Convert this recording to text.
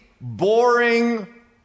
boring